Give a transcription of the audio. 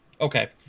Okay